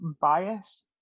bias